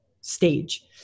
stage